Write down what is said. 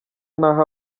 naha